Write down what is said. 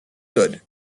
good